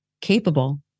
capable